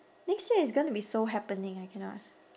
next year is gonna be so happening I cannot